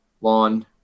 lawn